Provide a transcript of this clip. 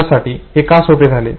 माझ्यासाठी हे का सोपे झाले